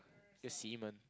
the